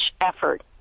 effort